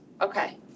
Okay